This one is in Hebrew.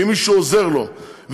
כי מישהו עוזר לו.